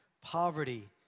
poverty